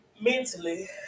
mentally